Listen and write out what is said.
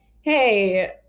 Hey